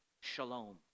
Shalom